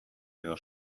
edo